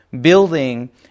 Building